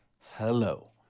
hello